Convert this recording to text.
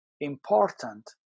important